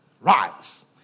Rise